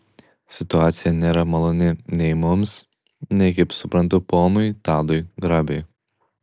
situacija nėra maloni nei mums nei kaip suprantu ponui tadui grabiui